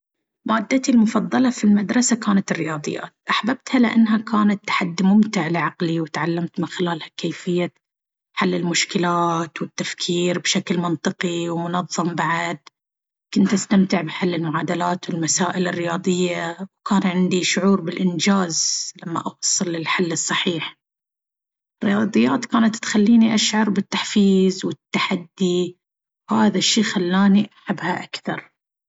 مادتي المفضلة في المدرسة كانت الرياضيات. أحببتها لأنها كانت تحدي ممتع لعقلي، وتعلمت من خلالها كيفية حل المشكلات والتفكير بشكل منطقي ومنظم. بعد، كنت أستمتع بحل المعادلات والمسائل الرياضية، وكان عندي شعور بالإنجاز لما أوصل للحل الصحيح. الرياضيات كانت تخليني أشعر بالتحفيز والتحدي، وهذا الشيء خلاني أحبها أكثر.